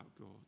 God